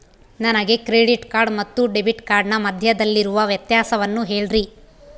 ನನಗೆ credit card ಮತ್ತು debit ಕಾರ್ಡಿನ ಮಧ್ಯದಲ್ಲಿರುವ ವ್ಯತ್ಯಾಸವನ್ನು ಹೇಳ್ರಿ?